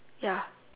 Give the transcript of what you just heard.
ya